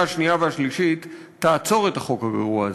השנייה והשלישית תעצור את החוק הגרוע הזה.